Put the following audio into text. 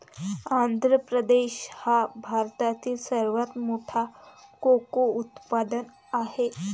आंध्र प्रदेश हा भारतातील सर्वात मोठा कोको उत्पादक आहे